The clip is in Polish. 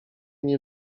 nie